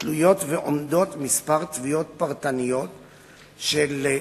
תלויות ועומדות כמה תביעות פרטניות של,